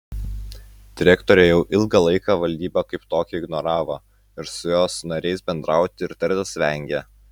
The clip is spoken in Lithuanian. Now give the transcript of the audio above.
direktorė jau ilgą laiką valdybą kaip tokią ignoravo ir su jos nariais bendrauti ir tartis vengė